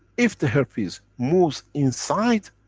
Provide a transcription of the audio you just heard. if the herpes moves inside,